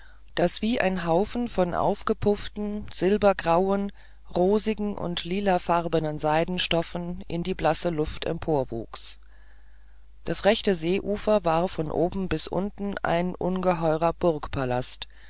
das wie ein haufen von aufgepufften silbergrauen rosigen und lilafarbigen seidenstoffen in die blasse luft emporwuchs das ganze rechte seeufer war von oben bis unten ein ungeheurer